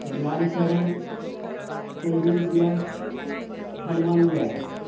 Ram Charan Kuldeep Vyas Hanuman Vyas